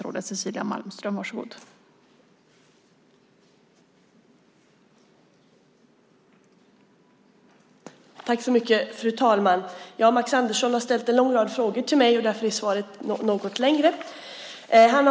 Fru talman! Max Andersson har ställt en lång rad frågor till mig, och därför är svaret något längre än vanligt.